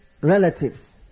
relatives